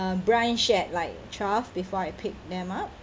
um brunch at like twelve before I pick them up